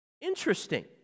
Interesting